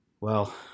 Well